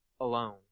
alone